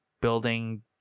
building